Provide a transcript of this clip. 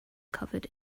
covered